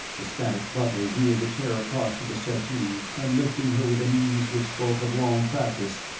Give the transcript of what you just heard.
the spanish butler wheeled the chair across to the settee, and lifting her with an ease which spoke of long practice,